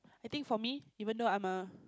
I think for me even though I'm a